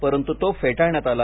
परंतु तो फेटाळण्यात आला